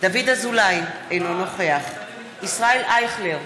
דוד אזולאי, אינו נוכח ישראל אייכלר,